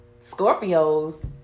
Scorpios